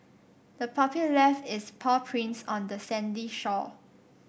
the puppy left its paw prints on the sandy shore